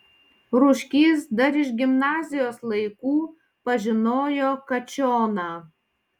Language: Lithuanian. rūškys dar iš gimnazijos laikų pažinojo kačioną